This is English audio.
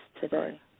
today